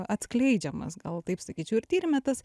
atskleidžiamas gal taip sakyčiau ir tyrime tas